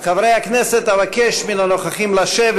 חברי הכנסת, אבקש מן הנוכחים לשבת.